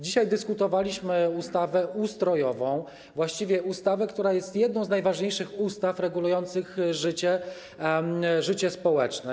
Dzisiaj dyskutowaliśmy o ustawie ustrojowej, właściwie o ustawie, która jest jedną z najważniejszych ustaw regulujących życie społeczne.